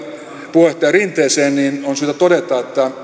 puheenjohtaja rinteeseen niin on syytä todeta että